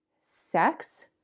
sex